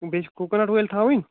بیٚیہِ چھِ کوکونٹ وٲل تھوٕنۍ